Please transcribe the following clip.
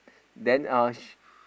then uh she